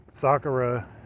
Sakura